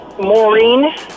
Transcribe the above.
Maureen